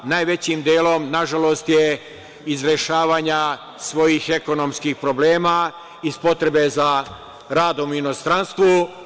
Najvećim delom, nažalost je iz rešavanja svojih ekonomskih problema, iz potrebe za radom u inostranstvu.